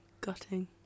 gutting